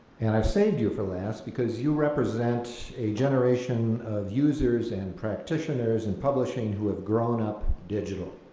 and i've saved you for last because you represent a generation of users and practitioners in publishing who have grown up digital.